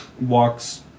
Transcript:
walks